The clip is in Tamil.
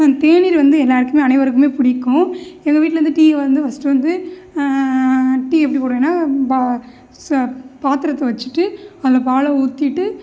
தேநீர் வந்து எல்லோருக்குமே அனைவருக்கும் பிடிக்கும் எங்கள் வீட்டில் வந்து டீ வந்து ஃபஸ்ட் வந்து டீ எப்படி போடுவேனா பாத்திரத்த வச்சுட்டு அதில் பாலை ஊத்திவிட்டு